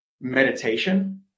meditation